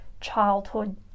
childhood